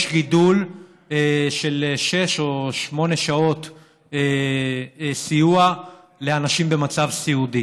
גידול של שש או שמונה שעות סיוע לאנשים במצב סיעודי,